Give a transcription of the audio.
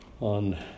on